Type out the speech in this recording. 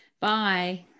Bye